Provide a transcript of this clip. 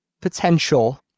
potential